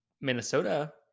Minnesota